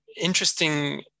interesting